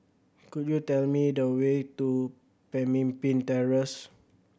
could you tell me the way to Pemimpin Terrace